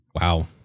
Wow